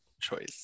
Choice